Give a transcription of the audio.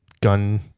gun